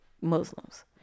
Muslims